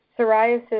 psoriasis